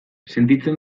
sentitzen